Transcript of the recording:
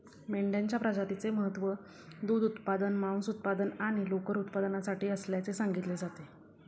मेंढ्यांच्या प्रजातीचे महत्त्व दूध उत्पादन, मांस उत्पादन आणि लोकर उत्पादनासाठी असल्याचे सांगितले जाते